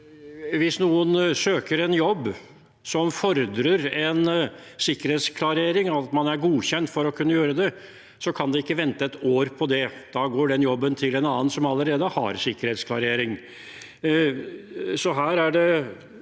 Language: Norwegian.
hvis noen søker en jobb som fordrer en sikkerhetsklarering av at man er godkjent for å kunne gjøre det, kan en ikke vente et år på det. Da går den jobben til en som allerede har sikkerhetsklarering.